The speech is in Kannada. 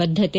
ಬದ್ಧತೆ